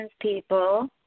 people